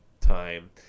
time